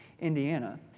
Indiana